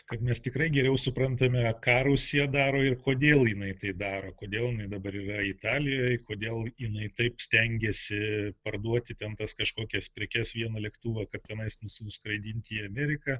kad mes tikrai geriau suprantame ką rusija daro ir kodėl jinai tai daro kodėl dabar yra italijoj kodėl jinai taip stengiasi parduoti ten tas kažkokias prekes vieną lėktuvą kad tenais nuskraidinti į ameriką